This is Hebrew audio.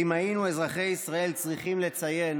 שאם היינו, אזרחי ישראל, צריכים לציין